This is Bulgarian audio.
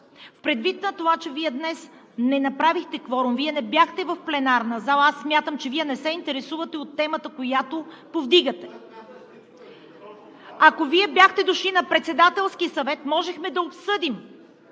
Предвид на това, че Вие днес не направихте кворум, не бяхте в пленарната зала, аз смятам, че Вие не се интересувате от темата, която повдигате. Ако Вие бяхте дошли на Председателския съвет, можехме да обсъдим